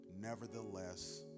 nevertheless